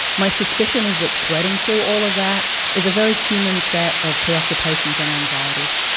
my suspicion is that threading through all of that is a very human set of preoccupations and anxieties,